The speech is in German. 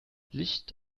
licht